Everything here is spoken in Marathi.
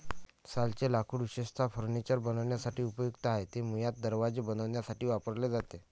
सालचे लाकूड विशेषतः फर्निचर बनवण्यासाठी उपयुक्त आहे, ते मुळात दरवाजे बनवण्यासाठी वापरले जाते